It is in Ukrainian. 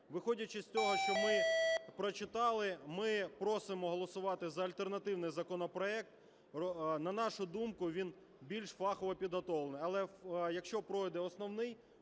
Виходячи з того, що ми прочитали, ми просимо голосувати за альтернативний законопроект, на нашу думку, він більш фахово підготовлений. Але якщо пройде основний,